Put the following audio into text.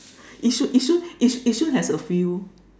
Yishun Yishun Yishun has a few